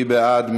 מי בעד?